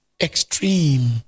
extreme